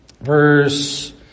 verse